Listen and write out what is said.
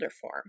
form